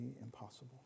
impossible